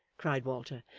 cried walter.